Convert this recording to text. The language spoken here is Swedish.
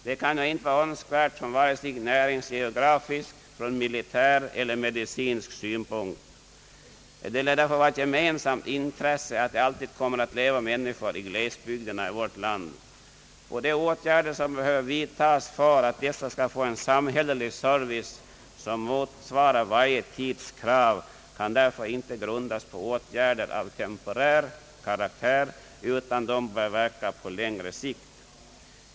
Detta kan inte vara en önskvärd utveckling från vare sig näringsgeografisk, militär eller medicinsk synpunkt. Det lär därför vara ett gemensamt intresse att det alltid kommer att leva människor i glesbygderna i vårt land. De åtgärder som behöver vidtagas för att dessa skall få en samhällelig service som motsvarar varje tids krav kan därför inte grundas på åtgärder som har temporär karaktär utan bör verka även på längre sikt.